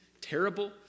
Terrible